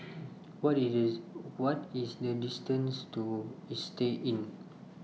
What IS This What IS The distance to Istay Inn